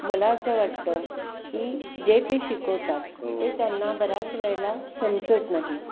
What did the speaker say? मला असं वाटतं की जे ते शिकवतात ते त्यांना बऱ्याच वेळेला समजत नाही